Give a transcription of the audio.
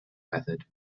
method